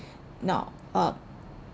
now um